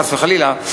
חס וחלילה,